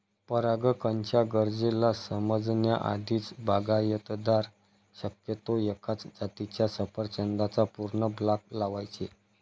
परागकणाच्या गरजेला समजण्या आधीच, बागायतदार शक्यतो एकाच जातीच्या सफरचंदाचा पूर्ण ब्लॉक लावायचे